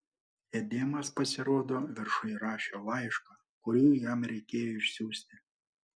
edemas pasirodo viršuj rašė laišką kurį jam reikėjo išsiųsti